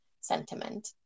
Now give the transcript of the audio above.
sentiment